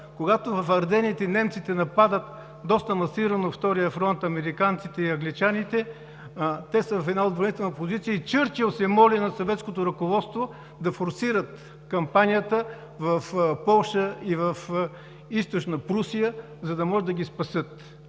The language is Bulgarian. Когато в Ардените немците нападат доста масирано на втория фронт американците и англичаните, те са в една отбранителна позиция и Чърчил се моли на съветското ръководство да форсират кампанията в Полша и в Източна Прусия, за да може да ги спасят.